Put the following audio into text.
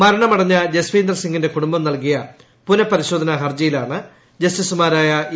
മരണമടഞ്ഞ ജസ്വീന്ദർ സിങ്ങിന്റെ കുടുംബം നൽകിയ പുനപരിശോധന ഹർജിയിലാണ് ജസ്റ്റിസുമാരായ എ